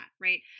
right